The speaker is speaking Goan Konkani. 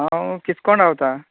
हांव किसकोण रावता